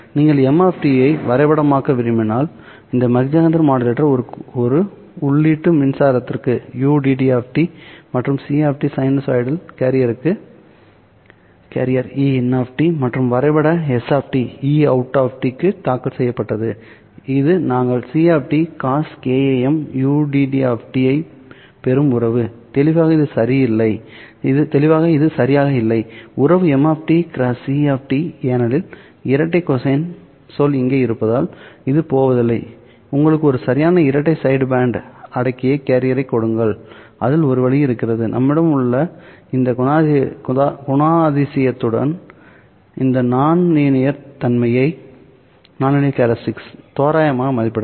நீங்கள் m ஐ வரைபடமாக்க விரும்பினால் இந்த மாக் ஜெஹெண்டர் மாடுலேட்டர் ஒளி உள்ளீட்டு மின்சாரத்திற்கு ud மற்றும் c சைனூசாய்டல் கேரியருக்கு Ein மற்றும் வரைபட s Eout க்கு தாக்கல் செய்யப்பட்டது இது நீங்கள் c cos kAM ud ஐப் பெறும் உறவு தெளிவாக இது சரியாக இல்லை உறவு m x c ஏனெனில் இந்த கொசைன் சொல் இங்கே இருப்பதால் இது போவதில்லை உங்களுக்கு ஒரு சரியான இரட்டை சைடுபேண்டு அடக்கிய கேரியரைக் கொடுங்கள் அதில் ஒரு வழி இருக்கிறது நம்மிடம் உள்ள இந்த குணாதிசயத்துடன் இந்த நான்லீனியர் தன்மையை தோராயமாக மதிப்பிடலாம்